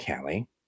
Callie